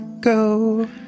go